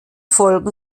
folgen